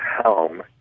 home